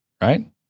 right